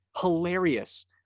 hilarious